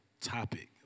topic